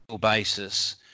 basis